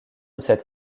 cette